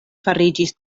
fariĝis